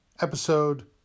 Episode